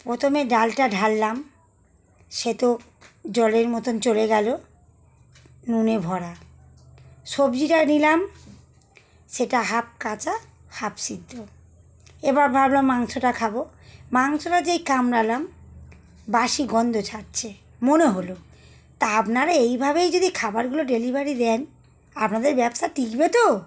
প্রথমে ডালটা ঢাললাম সে তো জলের মতন চলে গেলো নুনে ভরা সবজিটা নিলাম সেটা হাফ কাঁচা হাফ সিদ্ধ এবার ভাবলাম মাংসটা খাব মাংসটা যেই কামড়ালাম বাসি গন্ধ ছাড়ছে মনে হলো তা আপনারা এইভাবেই যদি খাবারগুলো ডেলিভারি দেন আপনাদের ব্যবসা টিকবে তো